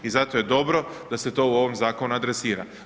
I zato je dobro da se to u ovom zakonu adresira.